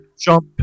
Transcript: jump